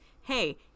hey